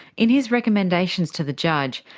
in his recommendations to the judge,